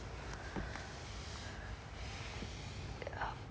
ya